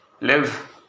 live